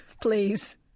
Please